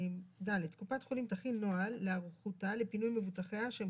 קופת חולים תכין נוהל להיערכותה לפינוי מבוטחיה שהם